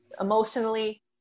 Emotionally